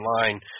Online